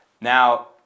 Now